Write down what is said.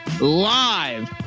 live